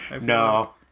No